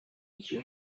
you